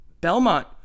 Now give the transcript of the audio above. belmont